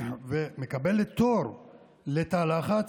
תור לתא לחץ,